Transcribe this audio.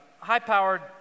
high-powered